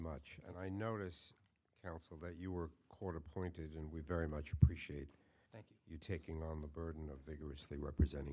much and i notice counsel that you were court appointed and we very much appreciate you taking on the burden of vigorously representing